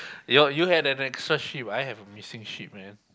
your you had an extra ship I have a missing ship man